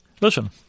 Listen